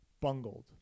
bungled